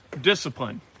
Discipline